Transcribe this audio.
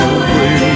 away